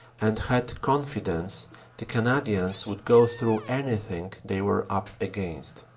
and had confidence the canadians would go through anything they were up against.